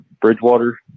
Bridgewater